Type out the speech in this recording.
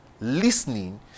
listening